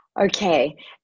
Okay